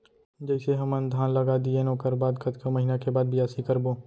जइसे हमन धान लगा दिएन ओकर बाद कतका महिना के बाद बियासी करबो?